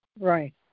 right